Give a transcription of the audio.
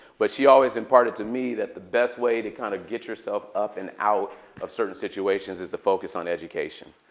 but she always imparted to me that the best way to kind of get yourself up and out of certain situations is to focus on education.